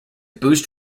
boost